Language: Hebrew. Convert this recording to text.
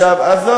הנתונים, עזוב.